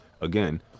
again